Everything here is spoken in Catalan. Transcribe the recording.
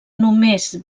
només